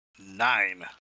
Nine